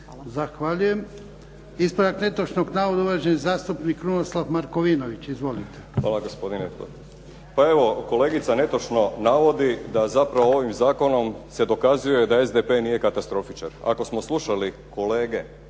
Zahvaljujem. Ispravak netočnog navoda, uvaženi zastupnik Krunoslav Markovinović. Izvolite. **Markovinović, Krunoslav (HDZ)** Hvala gospodine. Pa evo, kolegica netočno navodi da zapravo ovim zakonom se dokazuje da SDP nije katastrofičar. Ako smo slušali kolege,